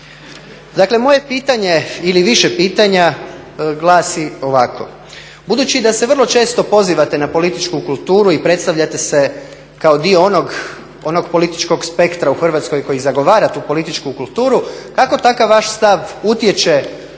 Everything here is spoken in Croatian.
više pitanje glasi ovako, budući da se vrlo često pozivate na političku kulturu i predstavljate se kao dio onog političkog spektra u Hrvatskoj koji zagovara tu političku kulturu, kako takav vaš stav utječe